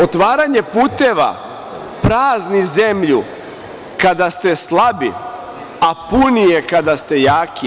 Otvaranje puteva prazni zemlju kada ste slabi, a puni je kada ste jaki.